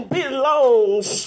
belongs